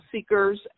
seekers